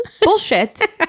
Bullshit